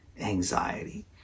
anxiety